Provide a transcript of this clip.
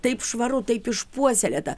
taip švaru taip išpuoselėta